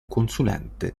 consulente